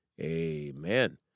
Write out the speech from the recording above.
amen